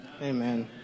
Amen